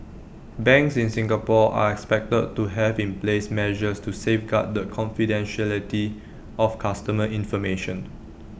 banks in Singapore are expected to have in place measures to safeguard the confidentiality of customer information